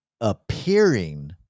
appearing